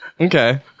okay